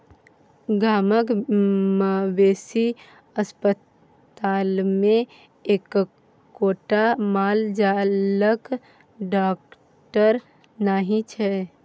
गामक मवेशी अस्पतालमे एक्कोटा माल जालक डाकटर नहि छै